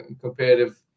competitive